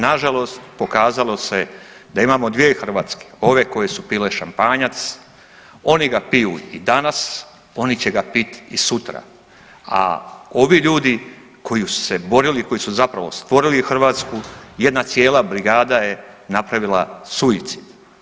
Nažalost pokazalo se da imamo dvije Hrvatske, ove koje su pile šampanjac, oni ga piju i danas, oni će ga pit i sutra, a ovi ljudi koji su se borili, koji su zapravo stvorili Hrvatsku jedna cijela brigada je napravila suicid.